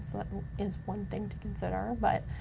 so is one thing to consider, but,